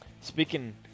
Speaking –